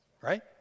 right